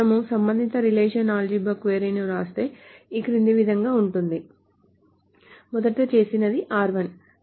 మనము సంబంధిత relational algebra query ను వ్రాస్తే ఈ క్రింది విధం గా ఉంటుంది మొదట చేసినది r1